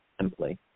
simply